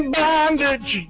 bondage